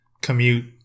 commute